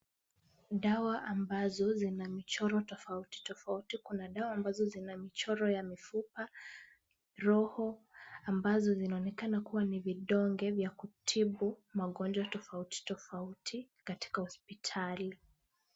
Dawa ambazo zina michoro tofauti tofauti. Kuna dawa ambazo zina michoro ya mifupa, roho ambazo zinaonekana kuwa ni vidonge vya kutibu magonjwa tofauti tofauti katika hospitali.